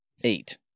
eight